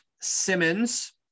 Simmons